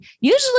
usually